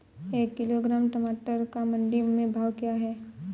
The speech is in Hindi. एक किलोग्राम टमाटर का मंडी में भाव क्या है?